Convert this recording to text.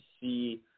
see